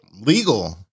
legal